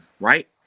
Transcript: right